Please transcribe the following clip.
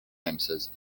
appearance